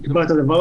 יקבע את הדבר הזה,